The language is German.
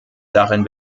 darin